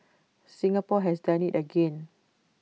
Singapore has done IT again